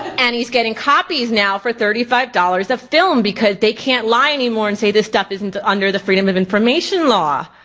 and he's getting copies now for thirty five dollars a film because they can't lie anymore and say this stuff isn't under the freedom of information law.